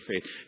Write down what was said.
faith